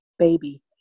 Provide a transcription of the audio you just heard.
baby